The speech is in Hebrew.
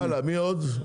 הלאה, מי עוד?